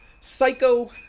Psycho